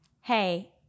hey